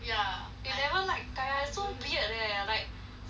you never like kaya it's so weird leh like suddenly you